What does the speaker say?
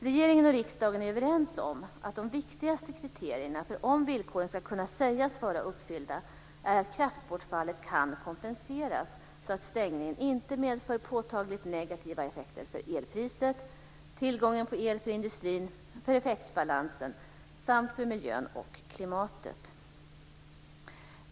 Regeringen och riksdagen är överens om att de viktigaste kriterierna för om villkoren ska kunna sägas vara uppfyllda är att kraftbortfallet kan kompenseras så att stängningen inte medför påtagligt negativa effekter för elpriset, tillgången på el för industrin, för effektbalansen eller för miljön och klimatet.